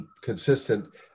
consistent